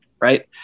right